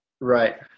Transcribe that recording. Right